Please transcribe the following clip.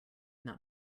not